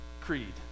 Creed